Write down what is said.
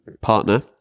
partner